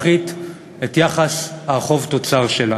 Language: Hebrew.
משפחתי בתוך מדינת